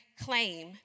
claim